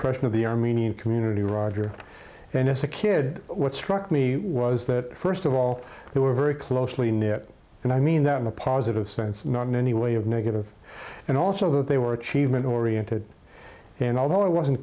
the armenian community roger and as a kid what struck me was that st of all they were very closely knit and i mean that in a positive sense not in any way of negative and also that they were achievement oriented and although i wasn't